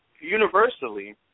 universally